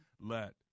let